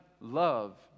love